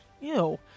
Ew